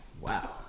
Wow